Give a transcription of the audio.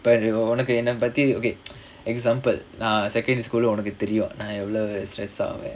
பாரு உனக்கு என்ன பத்தி:paaru unakku enna patthi okay example நா:naa secondary school leh உனக்கு தெரியும் நா எவ்வளவு:unakku theriyum naa evvalavu stress ஆவேன்:aavaen